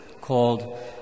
called